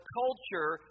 culture